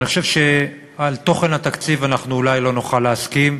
אני חושב שעל תוכן התקציב בכללותו אנחנו אולי לא נוכל להסכים,